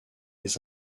les